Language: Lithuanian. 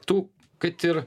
tu kad ir